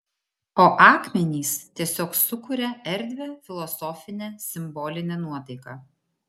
o akmenys tiesiog sukuria erdvią filosofinę simbolinę nuotaiką